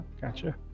Gotcha